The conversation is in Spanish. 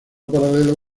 paralelo